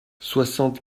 soixante